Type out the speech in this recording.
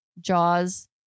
Jaws